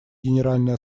генеральной